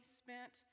spent